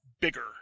Bigger